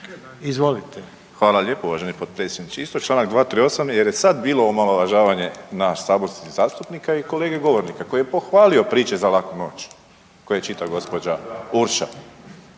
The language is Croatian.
(HDZ)** Hvala lijepo uvaženi potpredsjedniče. Isto čl. 238 jer je sad bilo omalovažavanje nas saborskih zastupnika i kolege govornika koji je pohvalio priče za laku noć koju je čitala gđa. Urša.